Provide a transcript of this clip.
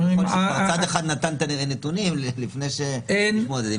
זה נשמע שכביכול כבר צד אחד נתן את הנתונים לפני שדנים ומתמודדים.